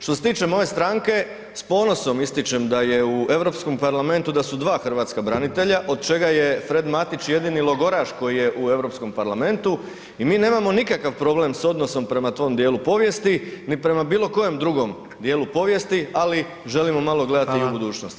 Što se tiče moje stranke, s ponosom ističem da je u Europskom parlamentu, da su dva hrvatska branitelja od čega je Fred Matić jedini logoraš koji je u Europskom parlamentu i mi nemamo nikakav problem s odnosom prema tom djelu povijesti ni prema bilokojem drugom djelu povijesti ali želimo malo gledati i u budućnost.